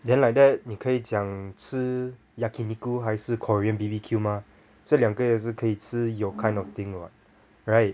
then like that 你可以讲吃 yakiniku 还是 korean B_B_Q 吗这两个也是可以吃 your kind of thing [what] right